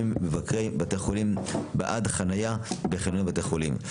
מבקרי בתי חולים בעד חניה בחניוני בתי חולים.